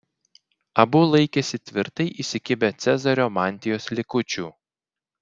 abu laikėsi tvirtai įsikibę cezario mantijos likučių